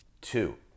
two